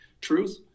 Truth